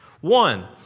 One